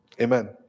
Amen